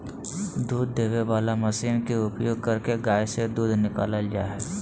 दूध देबे वला मशीन के उपयोग करके गाय से दूध निकालल जा हइ